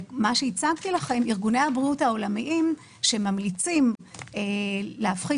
ארגוני הבריאות העולמיים שממליצים להפחית